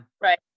Right